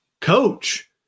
coach